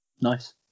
Nice